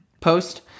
post